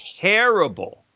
terrible